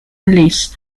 release